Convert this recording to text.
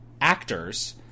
actors